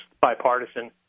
bipartisan